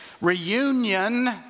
reunion